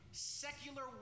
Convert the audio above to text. Secular